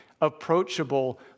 approachable